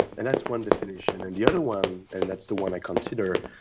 and that's one definition. and the other one, and that's the one i consider,